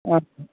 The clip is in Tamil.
ஆ